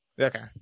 Okay